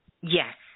Yes